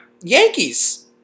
Yankees